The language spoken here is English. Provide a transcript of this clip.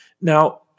Now